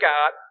God